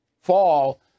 Fall